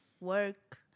work